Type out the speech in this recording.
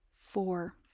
four